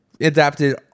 adapted